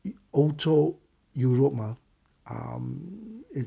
it 欧洲 europe 吗 um it